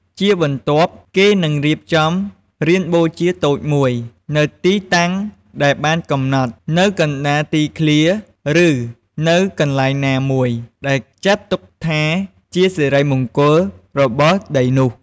ជាបន្ទាប់គេនឹងរៀបចំ រានបូជាតូចមួយ នៅទីតាំងដែលបានកំណត់នៅកណ្ដាលទីធ្លា ឬនៅកន្លែងណាមួយដែលចាត់ទុកថាជាសិរីមង្គលរបស់ដីនោះ។